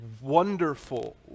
wonderful